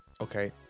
Okay